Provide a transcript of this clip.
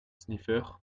sniffer